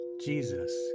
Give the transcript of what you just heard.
Jesus